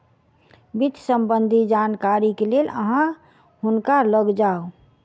वित्त सम्बन्धी जानकारीक लेल अहाँ हुनका लग जाऊ